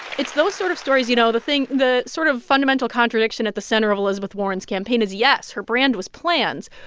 it's those sort of stories, you know the thing the sort of fundamental contradiction at the center of elizabeth warren's campaign is, yes, her brand was plans,